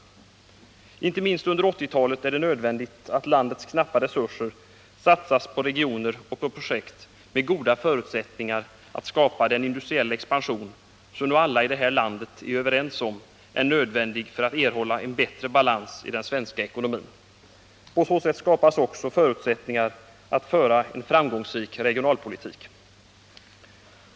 Inte minst under 1980-talet är det nödvändigt att landets knappa resurser satsas på regioner och på projekt med goda förutsättningar att skapa den industriella expansion som nu alla i det här landet är överens om är nödvändig för att man skall erhålla en bättre balans i den svenska ekonomin. På så sätt skapas också förutsättningar att föra en framgångsrik regionalpolitik.